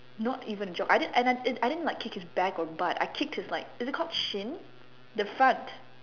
not even a joke I did and I I didn't like kicked his back or butt I kicked his like is it called shin the front